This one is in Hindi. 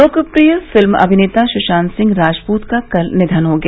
लोकप्रिय फिल्म अभिनेता सुशांत सिंह राजपूत का कल निधन हो गया